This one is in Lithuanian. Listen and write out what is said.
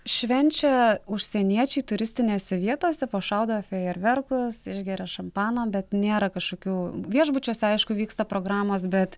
švenčia užsieniečiai turistinėse vietose pašaudo fejerverkus išgeria šampano bet nėra kažkokių viešbučiuose aišku vyksta programos bet